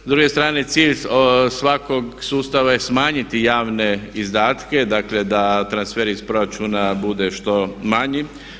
S druge strane cilj svakog sustava je smanjiti javne izdatke, dakle da transfer iz proračuna bude što manji.